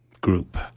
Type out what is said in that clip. group